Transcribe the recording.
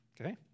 okay